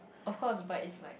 of course but it's like